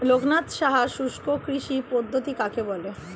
লোকনাথ সাহা শুষ্ককৃষি পদ্ধতি কাকে বলে?